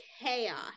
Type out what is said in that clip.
chaos